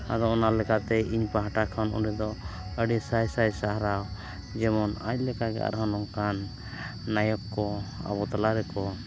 ᱟᱫᱚ ᱚᱱᱟ ᱞᱮᱠᱟᱛᱮ ᱤᱧ ᱯᱟᱦᱴᱟ ᱠᱷᱚᱱ ᱩᱱᱤ ᱫᱚ ᱟᱹᱰᱤ ᱥᱟᱭ ᱥᱟᱭ ᱥᱟᱨᱦᱟᱣ ᱡᱮᱢᱚᱱ ᱟᱡ ᱞᱮᱠᱟ ᱜᱮ ᱟᱨᱦᱚᱸ ᱱᱚᱝᱠᱟᱱ ᱱᱟᱭᱚᱠ ᱠᱚ ᱟᱵᱚ ᱛᱟᱞᱟ ᱨᱮ ᱠᱚ